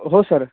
हो सर